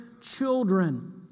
children